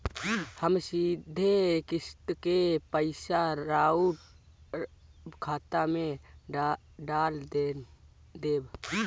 हम सीधे किस्त के पइसा राउर खाता में डाल देम?